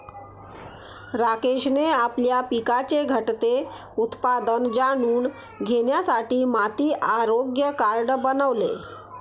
राकेशने आपल्या पिकाचे घटते उत्पादन जाणून घेण्यासाठी माती आरोग्य कार्ड बनवले